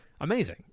amazing